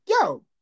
yo